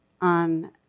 on